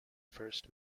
first